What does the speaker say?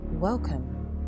Welcome